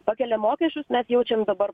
pakelia mokesčius mes jaučiam dabar